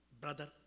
brother